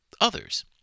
others